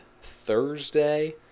Thursday